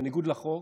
בניגוד לחוק,